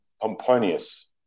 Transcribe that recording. Pomponius